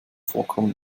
vorkommen